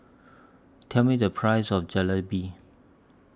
Tell Me The Price of Jalebi